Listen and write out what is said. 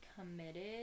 committed